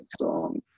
song